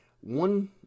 One